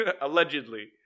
Allegedly